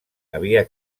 havia